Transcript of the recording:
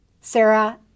Sarah